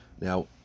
Now